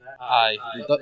Aye